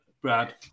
Brad